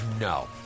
no